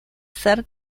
ser